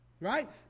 right